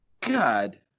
God